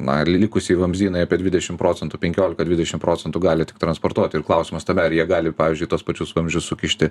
na ar likusieji vamzdynai apie dvidešim procentų penkiolika dvidešim procentų gali tik transportuoti ir klausimas tame ar jie gali pavyzdžiui tuos pačius vamzdžius sukišti